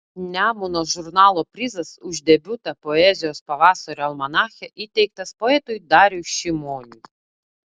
nemuno žurnalo prizas už debiutą poezijos pavasario almanache įteiktas poetui dariui šimoniui